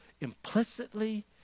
implicitly